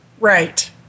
Right